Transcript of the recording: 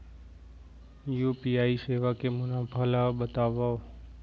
UPI सेवा के मुनाफा ल बतावव?